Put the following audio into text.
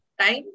time